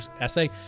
essay